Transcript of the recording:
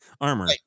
armor